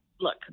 look